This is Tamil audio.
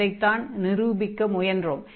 இதைத்தான் நிரூபிக்க முயன்றோம்